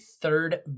third